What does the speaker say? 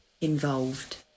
involved